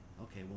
okay